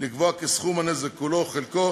לקבוע כי סכום הנזק, כולו או חלקו,